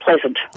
pleasant